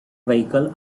vehicle